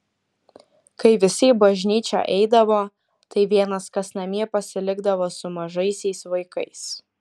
kai visi į bažnyčią eidavo tai vienas kas namie pasilikdavo su mažaisiais vaikais